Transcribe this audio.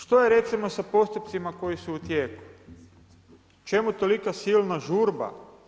Što je recimo sa postupcima koji su tijeku, čemu tolika silna žurba?